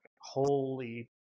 holy